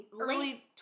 early